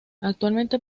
actualmente